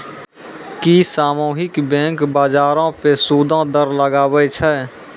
कि सामुहिक बैंक, बजारो पे सूदो दर लगाबै छै?